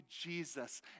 Jesus